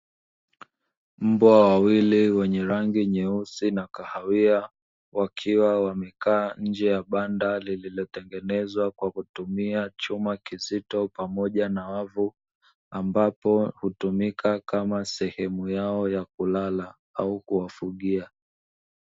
Mbwa wawili wenye rangi nyeusi na kahawia wakiwa wamekaa nje ya banda lililotengenezwa kwa kutumia chuma kizito pamoja na wavu, Ambapo Hutumika kama sehemu yao ya kulala au kuwafugia.